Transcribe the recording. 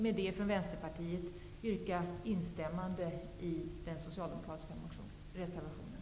Jag vill för Vänsterpartiets del yrka bifall till den socialdemokratiska reservationen.